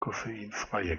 koffeinfreie